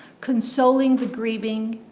consoling the grieving,